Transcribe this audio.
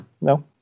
no